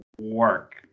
work